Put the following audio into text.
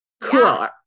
Cool